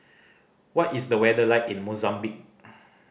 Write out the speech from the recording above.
what is the weather like in Mozambique